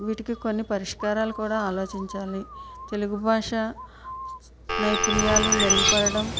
వీటికి కొన్ని పరిష్కారాలు కూడా ఆలోచించాలి తెలుగు భాష నైపుణ్యాలు మెరుగుపడడం